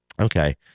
Okay